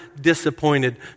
disappointed